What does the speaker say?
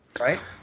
right